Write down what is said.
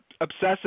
obsessive